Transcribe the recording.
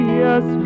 yes